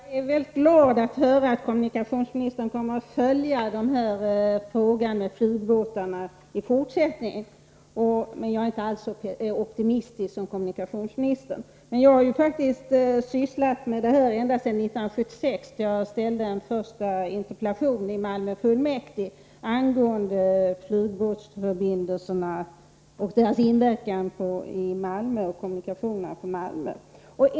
Herr talman! Jag är mycket glad att höra att kommunikationsministern kommer att följa frågan om flygbåtarna, men jag är inte alls så optimistisk som han. Jag har faktiskt sysslat med denna fråga ända sedan 1976, då jag i Malmö fullmäktige ställde en första interpellation angående flygbåtsförbindelserna och deras inverkan på Malmö och Malmös kommunikationer.